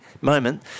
moment